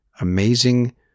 amazing